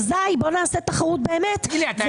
אזי בואו נעשה תחרות באמת.